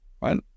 Right